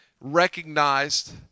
recognized